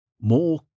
More